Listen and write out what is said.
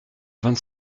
vingt